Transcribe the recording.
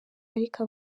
ariko